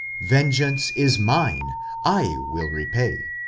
vengeance is mine i will repay,